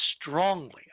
strongly